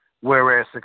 whereas